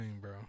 bro